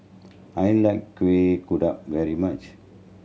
I like Kuih Kodok very much